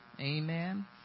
Amen